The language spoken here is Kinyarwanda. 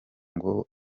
ngo